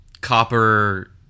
copper